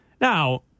Now